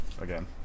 again